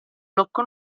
blocco